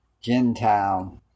Gentile